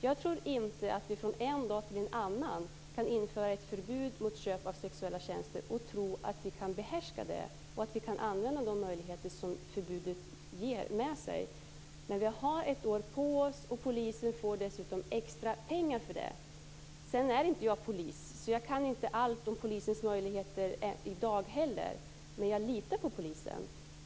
Jag tror inte att vi från en dag till en annan kan införa ett förbud mot köp av sexuella tjänster, behärska situationen och använda de möjligheter som förbudet för med sig. Men vi har ett år på oss, och polisen får dessutom extra pengar för detta. Jag är inte polis, så jag kan inte allt om polisens möjligheter i dag. Men jag litar på polisen.